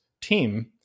team